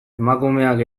emakumeak